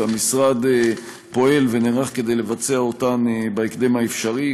והמשרד פועל ונערך כדי לבצע אותם בהקדם האפשרי.